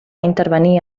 intervenir